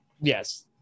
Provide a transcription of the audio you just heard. Yes